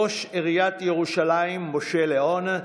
ראש עיריית ירושלים משה לאון,